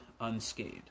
unscathed